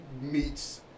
meets